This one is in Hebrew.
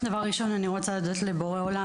דבר ראשון אני רוצה להודות לבורא עולם